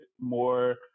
more